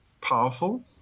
powerful